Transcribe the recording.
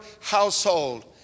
household